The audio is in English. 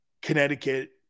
Connecticut